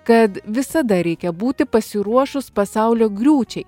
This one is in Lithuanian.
kad visada reikia būti pasiruošus pasaulio griūčiai